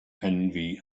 envy